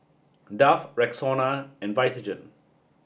Dove Rexona and Vitagen